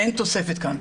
אין תוספת כאן.